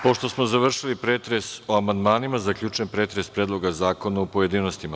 Pošto smo završili pretres o amandmanima, zaključujem pretres Predloga zakona u pojedinostima.